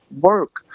work